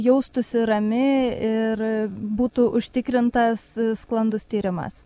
jaustųsi rami ir būtų užtikrintas sklandus tyrimas